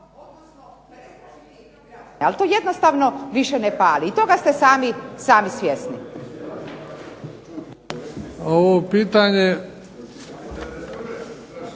ali to jednostavno više ne pali. I toga ste sami svjesni.